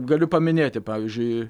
galiu paminėti pavyzdžiui